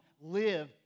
live